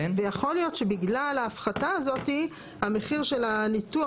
ויכול להיות שבגלל ההפחתה הזאת המחיר של הניתוח